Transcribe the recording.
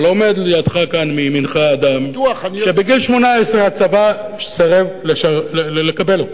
אבל עומד לימינך אדם שבגיל 18 הצבא סירב לקבל אותו